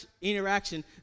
interaction